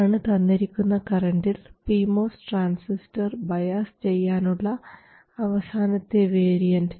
ഇതാണ് തന്നിരിക്കുന്ന കറൻറിൽ പി മോസ് ട്രാൻസിസ്റ്റർ ബയാസ് ചെയ്യാനുള്ള അവസാനത്തെ വേരിയൻറ്